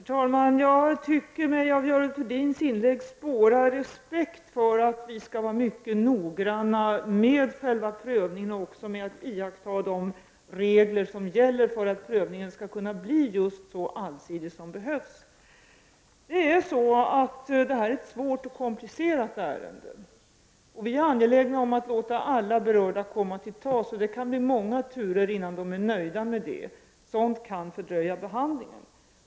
Herr talman! Jag tycker mig i Görel Thurdins inlägg spåra respekt för att vi skall vara mycket noggranna med själva prövningen och med att iaktta de regler som gäller, för att prövningen skall kunna bli så allsidig som behövs. Detta är ett svårt och komplicerat ärende. Vi är angelägna om att låta alla berörda komma till tals, och det kan bli många turer innan de är nöjda med det. Sådant kan fördröja behandlingen.